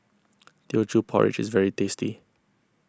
Teochew Porridge is very tasty